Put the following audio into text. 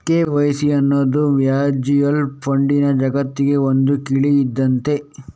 KYC ಅನ್ನುದು mutual ಫಂಡಿನ ಜಗತ್ತಿಗೆ ಒಂದು ಕೀಲಿ ಇದ್ದಂತೆ